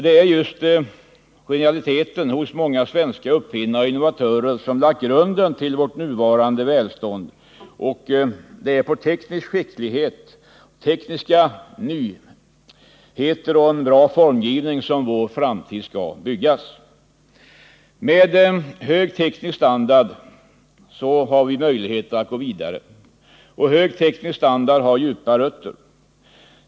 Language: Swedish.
Det är just genialiteten hos många svenska uppfinnare och innovatörer som lagt grunden till vårt nuvarande välstånd, och det är på teknisk skicklighet, tekniska nyheter och en bra formgivning som vår framtid skall byggas. Med hög teknisk standard har vi möjligheter att gå vidare. Och hög teknisk standard har djupa rötter.